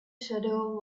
shadow